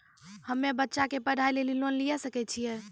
हम्मे बच्चा के पढ़ाई लेली लोन लिये सकय छियै?